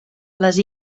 les